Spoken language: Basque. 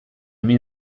min